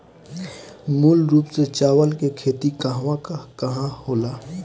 मूल रूप से चावल के खेती कहवा कहा होला?